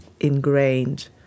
ingrained